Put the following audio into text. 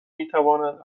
میتوانند